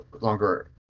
longer